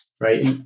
right